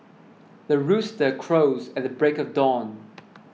the rooster crows at the break of dawn